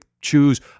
choose